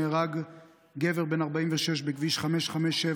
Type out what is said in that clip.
נהרג גבר בן 46 בכביש 557,